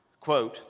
Quote